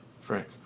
Frank